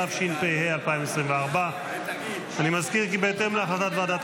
התשפ"ה 2024. אני מזכיר כי בהתאם להחלטת ועדת